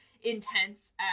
intense